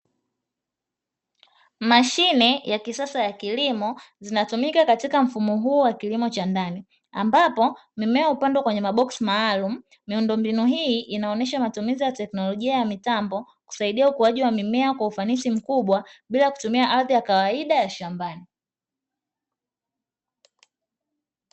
Mashine ya kisasa ya kilimo zinatumika katika mfumo huu wa kilimo cha ndani ambapo mimea hupandwa kwenye maboksi maalumu miundo mbinu hii inaonyesha matumizi teknolojia ya mitambo kusaidia ukuaji wa mimea kwa ufanisi mkubwa bila kutumia ardhi ya kawaida ya shambani.